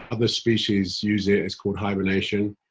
other species use it. it's called hibernation.